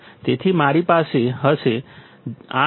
તેથી મારી પાસે હશે 8